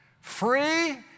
free